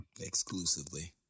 exclusively